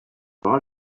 all